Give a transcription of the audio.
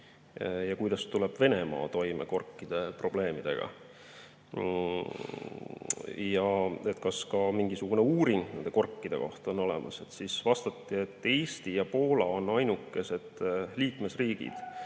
ja kuidas tuleb Venemaa toime korkide probleemiga. Kas ka mingisugune uuring korkide kohta on olemas. Vastati, et Eesti ja Poola on ainukesed liikmesriigid,